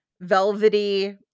velvety